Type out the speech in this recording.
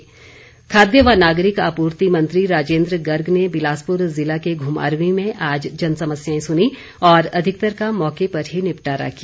राजेन्द्र गर्ग खाद्य व नागरिक आपूर्ति मंत्री राजेन्द्र गर्ग ने बिलासपुर ज़िला के घुमारवीं में आज जनसमस्याएं सुनी और अधिकतर का मौके पर ही निपटारा किया